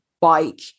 bike